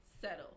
settle